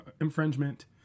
infringement